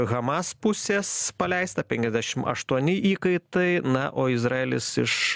hamas pusės paleista penkiasdešim aštuoni įkaitai na o izraelis iš